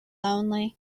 lonely